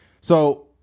So-